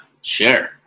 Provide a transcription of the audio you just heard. sure